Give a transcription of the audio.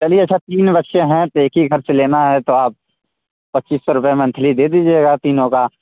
चलिए सब तीन बच्चे हैं एक ही घर से लेना है तो आप पच्चीस सौ रुपये मंथली दे दीजिएगा तीनों का